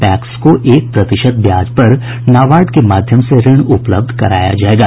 PACS को एक प्रतिशत ब्याज पर नाबार्ड के माध्यम से ऋण उपलब्ध कराया जायेगा